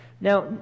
Now